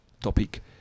topic